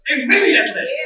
Immediately